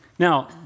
Now